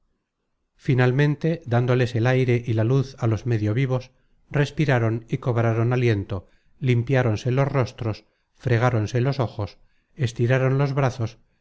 finalmente dándoles el aire y la luz a los medio vivos respiraron y cobraron aliento limpiáronse los rostros fregáronse los ojos estiraron los brazos